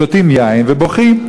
שותים יין ובוכים.